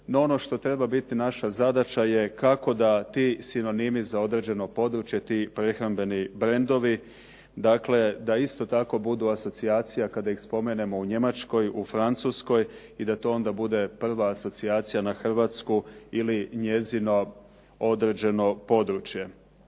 No, ono što treba biti naša zadaća je kako da ti sinonimi za određeno područje, ti prehrambeni brendovi, dakle da isto tako budu asocijacija kada ih spomenemo u Njemačkoj, u Francuskoj i da to onda bude prva asocijacija na Hrvatsku ili njezino određeno područje.